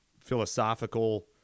philosophical